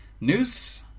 News